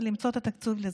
ולמצוא את התקציב לזה.